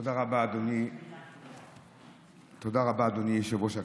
תודה רבה, אדוני יושב-ראש הכנסת.